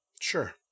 Sure